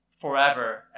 forever